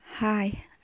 Hi